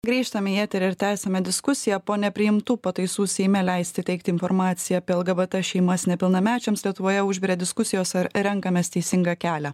grįžtame į eterį ir tęsiame diskusiją po nepriimtų pataisų seime leisti teikti informaciją apie lgbt šeimas nepilnamečiams lietuvoje užvirė diskusijos ar renkamės teisingą kelią